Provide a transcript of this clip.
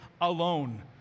alone